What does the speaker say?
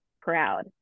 proud